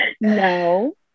no